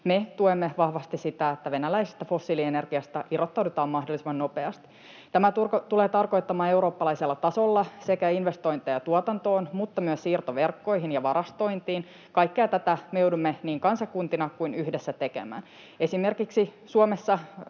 Me tuemme vahvasti sitä, että venäläisestä fossiilienergiasta irrottaudutaan mahdollisimman nopeasti. Tämä tulee tarkoittamaan eurooppalaisella tasolla investointeja tuotantoon mutta myös siirtoverkkoihin ja varastointiin. Kaikkea tätä me joudumme niin kansakuntina kuin yhdessä tekemään. Esimerkiksi Suomessa